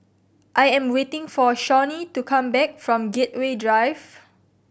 I am waiting for Shawnee to come back from Gateway Drive